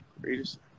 Greatest